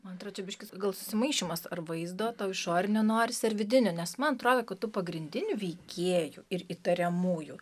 man atrodo čia biškį gal susimaišymas ar vaizdo tau išorinio norisi ar vidinio nes man atrodo kad tų pagrindinių veikėjų ir įtariamųjų